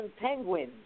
penguins